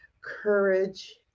courage